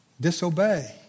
Disobey